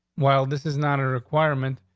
well, this is not a requirement,